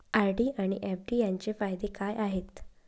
RD आणि FD यांचे फायदे काय आहेत?